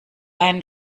ein